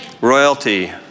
Royalty